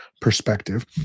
perspective